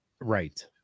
Right